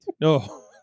No